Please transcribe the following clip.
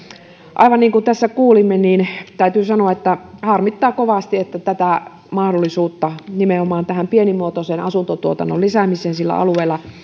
aivan niin kuin tässä kuulimme täytyy sanoa että harmittaa kovasti että tätä mahdollisuutta nimenomaan tähän pienimuotoiseen asuntotuotannon lisäämiseen sillä alueella